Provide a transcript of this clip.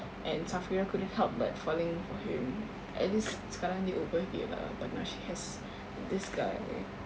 and safirah couldn't help but falling for him at least sekarang dia over him lah but now she has this guy